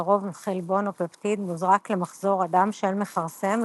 לרוב חלבון או פפטיד מוזרק למחזור הדם של מכרסם,